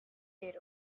get